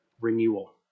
renewal